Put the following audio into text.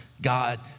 God